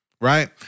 right